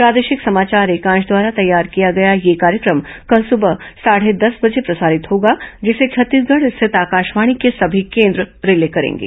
प्रादेशिक समाचार एकांश द्वारा तैयार किया गया यह कार्यक्रम कल सुबह साढे दस बजे प्रसारित होगा जिसे छत्तीसगढ स्थित आकाशवाणी के सभी केन्द्र रिले करेंगे